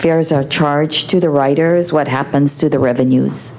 fares are charged to the writers what happens to the revenues